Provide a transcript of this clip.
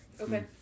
Okay